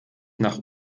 nach